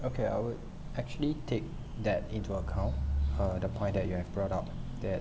okay I would actually take that into account uh the point that you're brought up that